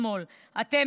הכנסת,